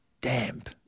damp